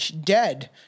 dead